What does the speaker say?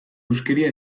huskeria